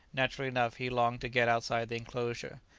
naturally enough he longed to get outside the enclosure,